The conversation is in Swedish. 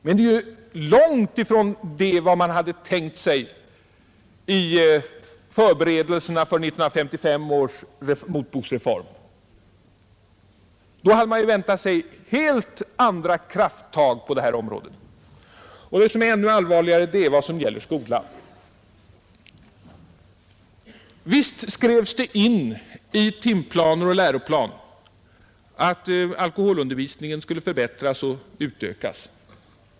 Men det är ju långtifrån vad man hade tänkt sig i förberedelserna för 1955 års motboksreform. Då väntade man sig helt andra krafttag på detta område. Och ännu allvarligare är det som gäller skolan. Visst skrevs det in i timplaner och läroplan att alkoholundervisningen skulle förbättras och utökas.